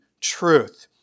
truth